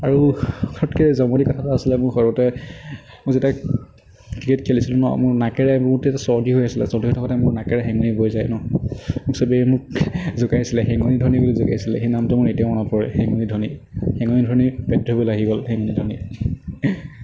আৰু চবতকৈ জমনি কথা এটা আছিলে মোৰ সৰুতে মই যেতিয়া ক্ৰিকেট খেলিছিলোঁ ন মোৰ নাকেৰে তেতিয়া মোৰ নাকেৰে চৰ্দি হৈ আছিলে চৰ্দি হৈ থাকোতে মোৰ নাকেৰে শেঙুন আহি বৈ যায় ন চবেই মোক জোকাইছইলে শেঙুনী ধোনী বুলি জোকাইছিলে সেই নামটো মোৰ এতিয়াও মনত পৰে শেঙুনী ধোনী শেঙুনী ধোনী বেট ধৰিবলৈ আহি গ'ল শেঙুনী ধোনী